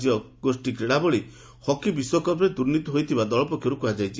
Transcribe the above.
ରାଜ୍ୟ ଗୋଷୀ କ୍ରୀଡ଼ା ଭଳି ହକି ବିଶ୍ୱକପ୍ରେ ଦୁର୍ନୀତି ହୋଇଥିବା ଦଳ ପକ୍ଷରୁ କୁହାଯାଇଛି